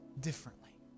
differently